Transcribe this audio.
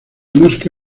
mosca